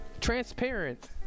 transparent